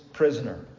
Prisoner